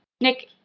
Nick